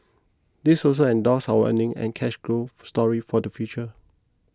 this also endorses our earning and cash growth story for the future